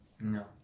No